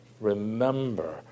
Remember